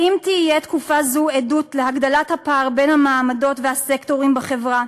האם תהיה תקופה זו עדות להגדלת הפער בין המעמדות והסקטורים בחברה,